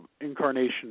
incarnation